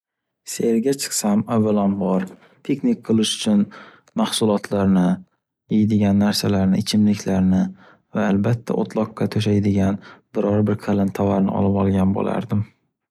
Sayrga chiqsam avvalambor piknik qilish uchun mahsulotlarni, yeydigan narsalarni, ichimliklarni va albatta o’tloqqa to’shaydigan biror-bir qalin tovarni olib olgan bo’lardim.